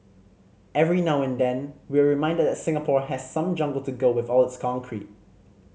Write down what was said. every now and then we're reminded that Singapore has some jungle to go with all its concrete